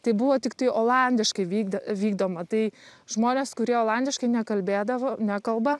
tai buvo tiktai olandiškai vykdė vykdoma tai žmonės kurie olandiškai nekalbėdavo nekalba